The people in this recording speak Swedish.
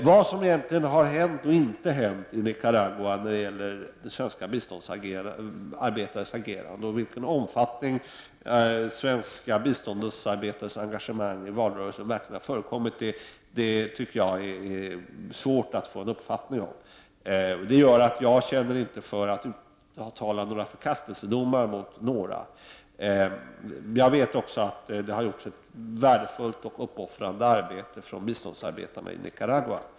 Vad som egentligen har hänt och inte hänt beträffande svenska biståndsarbetares agerande och i vilken omfattning svenska biståndsarbetare verkligen engagerat sig i valrörelsen, tycker jag är svårt att få en uppfattning om. Detta gör att jag inte känner för att uttala några förkastelsedomar mot några personer. Jag vet också att biståndsarbetarna har gjort ett värdefullt och uppoffrande arbete i Nicaragua.